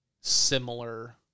similar